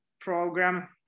program